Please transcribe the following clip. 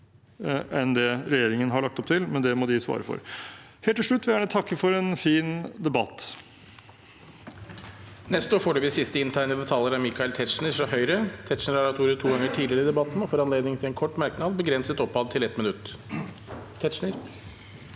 enn det regjeringen har lagt opp til, men det må de svare for. Helt til slutt vil jeg gjerne takke for en fin debatt.